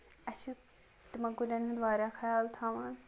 اسہِ چھِ تِمن کُلین ہُند واریاہ خیال تھوان